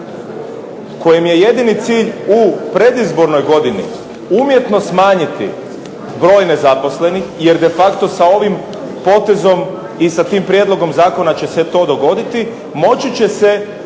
kojim je jedini cilj u predizbornoj godini umjetno smanjiti broj nezaposlenih jer de facto sa ovim potezom i sa tim prijedlogom zakona će se to dogoditi moći će se